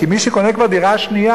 כי מי שקונה כבר דירה שנייה,